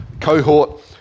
cohort